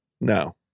No